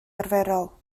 arferol